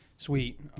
Sweet